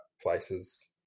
places